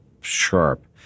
sharp